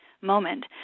moment